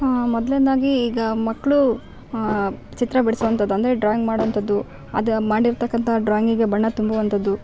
ಮೊದಲ್ನೇದಾಗಿ ಈಗ ಮಕ್ಕಳು ಚಿತ್ರ ಬಿಡ್ಸುವಂಥದ್ದು ಅಂದರೆ ಡ್ರಾಯಿಂಗ್ ಮಾಡುವಂಥದ್ದು ಅದು ಮಾಡಿರ್ತಕ್ಕಂಥ ಡ್ರಾಯಿಂಗಿಗೆ ಬಣ್ಣ ತುಂಬುವಂಥದ್ದು